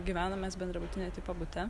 gyvenom mes bendrabutinio tipo bute